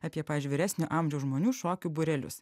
apie pavyzdžiui vyresnio amžiaus žmonių šokių būrelius